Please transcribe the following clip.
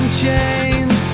chains